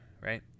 right